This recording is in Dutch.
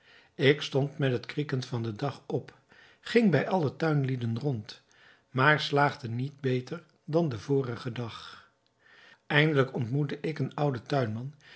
ik stond met het krieken van den dag op ging bij alle tuinlieden rond maar slaagde niet beter dan den vorigen dag eindelijk ontmoette ik een ouden tuinman